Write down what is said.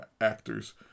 actors